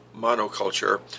monoculture